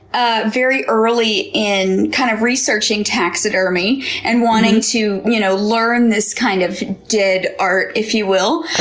ah very early in kind of researching taxidermy and wanting to you know learn this kind of, dead art, if you will.